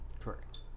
Correct